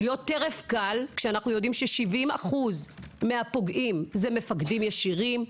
להיות טרף קל כשאנחנו יודעים ש-70% מהפוגעים זה מפקדים ישירים,